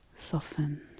Soften